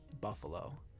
Buffalo